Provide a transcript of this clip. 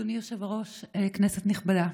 אדוני היושב-ראש, כנסת נכבדה,